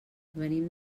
venim